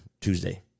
Tuesday